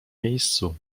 miejscu